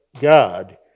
God